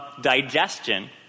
digestion